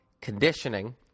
conditioning